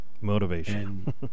Motivation